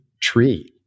tree